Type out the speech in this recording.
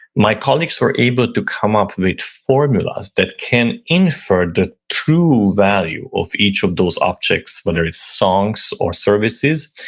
my colleagues were able to come up with formulas that can infer the true value of each of those objects, whether it's songs, or services,